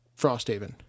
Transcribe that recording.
Frosthaven